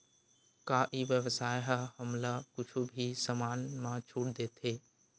का ई व्यवसाय ह हमला कुछु भी समान मा छुट देथे?